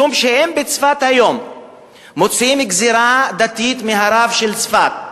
אם בצפת מוציאים היום גזירה דתית מהרב של צפת,